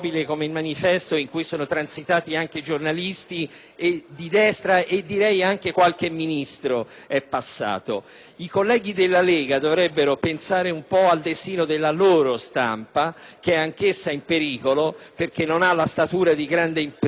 I colleghi della Lega dovrebbero pensare un po’ al destino della loro stampa, anch’essa in pericolo perche´ non ha la statura di grande impresa. E[` ]un punto fondamentale su cui lo sventurato emendamento